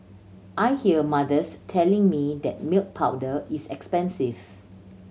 I hear mothers telling me that milk powder is expensive